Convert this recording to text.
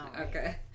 Okay